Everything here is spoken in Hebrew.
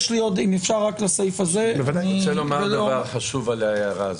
אני רוצה לומר דבר חשוב על ההערה הזאת.